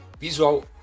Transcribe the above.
Visual